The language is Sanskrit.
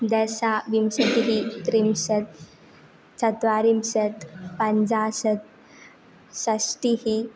दश विंशतिः त्रिंशत् चत्वारिंशत् पञ्चाशत् षष्ठिः